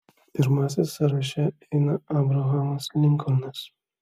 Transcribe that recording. pirmasis sąraše eina abrahamas linkolnas